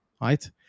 right